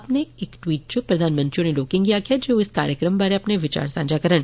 अपने इक ट्वीट च प्रधानमंत्री होरें लोकें गी आक्खेआ ऐ जे ओह इस कार्यक्रम बारै अपने विचार सांझा करन